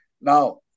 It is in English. Now